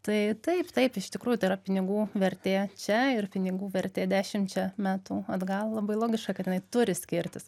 tai taip taip iš tikrųjų tai yra pinigų vertė čia ir pinigų vertė dešimčia metų atgal labai logiška kad jinai turi skirtis